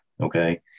okay